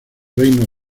reinos